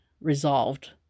resolved